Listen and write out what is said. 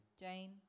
Jane